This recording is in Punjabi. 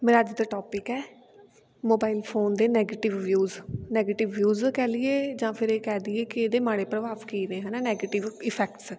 ਮੇਰਾ ਅੱਜ ਦਾ ਟੋਪਿਕ ਹੈ ਮੋਬਾਈਲ ਫੋਨ ਦੇ ਨੈਗੇਟਿਵ ਵਿਊਜ਼ ਨੈਗੇਟਿਵ ਵਿਊਜ਼ ਕਹਿ ਲਈਏ ਜਾਂ ਫਿਰ ਇਹ ਕਹਿ ਦਈਏ ਕਿ ਇਹਦੇ ਮਾੜੇ ਪ੍ਰਭਾਵ ਕੀ ਨੇ ਹੈ ਨਾ ਨੈਗੇਟਿਵ ਇਫੈਕਟਸ